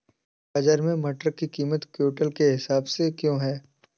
बाजार में मटर की कीमत क्विंटल के हिसाब से क्यो है?